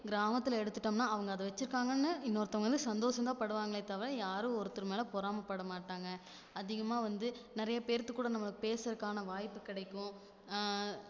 கிராமத்தில் எடுத்துட்டோம்னா அவங்க அதை வச்சுருக்காங்கன்னு இன்னொருத்தங்க வந்து சந்தோஷம் தான் படுவாங்களே தவிர யாரும் ஒருத்தர் மேலே பொறாமைப்பட மாட்டாங்க அதிகமாக வந்து நிறையா பேர்த்து கூட நம்ம பேசுறத்துக்கு வாய்ப்பு கிடைக்கும்